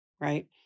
right